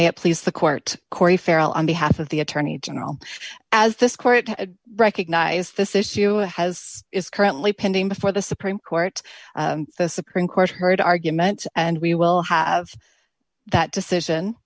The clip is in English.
have please the court corey farrel on behalf of the attorney general as this court to recognize this issue has is currently pending before the supreme court the supreme court heard arguments and we will have that decision